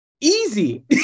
Easy